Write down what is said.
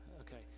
okay